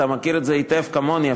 אתה מכיר את זה היטב כמוני,